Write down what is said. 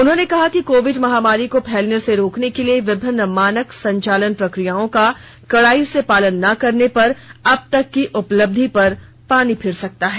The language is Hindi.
उन्होंने कहा कि कोविड महामारी को फैलने से रोकने के लिए विभिन्न मानक संचालन प्रक्रियाओं का कड़ाई से पालन न करने पर अब तक की उपलब्धि पर पानी फिर सकता है